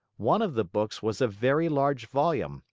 one of the books was a very large volume,